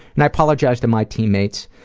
and i apologized to my teammates.